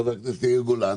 חבר הכנסת יאיר גולן.